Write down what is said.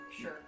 Sure